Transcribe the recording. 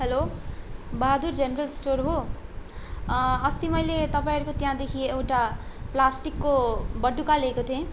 hello Bahadur general store हो अस्ति मैले तपाईँहरूको त्यहाँदेखि एउटा प्लास्टिकको बटुका ल्याएको थिएँ